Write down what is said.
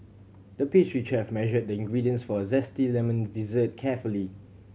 the pastry chef measured the ingredients for a zesty lemon dessert carefully